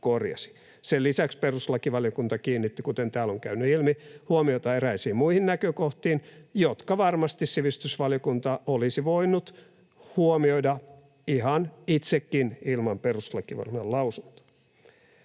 Sen lisäksi perustuslakivaliokunta kiinnitti, kuten täällä on käynyt ilmi, huomiota eräisiin muihin näkökohtiin, jotka varmasti sivistysvaliokunta olisi voinut huomioida ihan itsekin ilman perustuslakivaliokunnan lausuntoa.